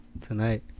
Tonight